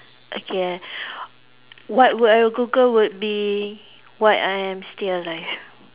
okay what would I Google would be why I am still alive